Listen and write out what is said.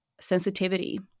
sensitivity